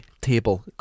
table